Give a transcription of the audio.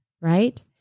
Right